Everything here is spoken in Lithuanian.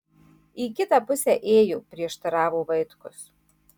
į kitą pusę ėjo prieštaravo vaitkus